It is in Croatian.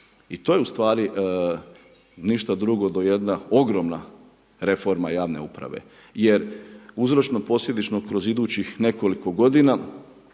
I to je ustvari do ništa drugo, do jedna ogromna reforma javne uprave. Jer uzročno posljedično, kroz idućih nekoliko g.